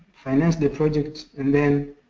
finance the project, and then